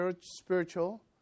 spiritual